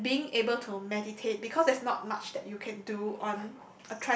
and being able to meditate because there's not much that you can do on